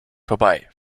vorbei